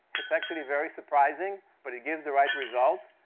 it's actually very surprising, but it gives the right result.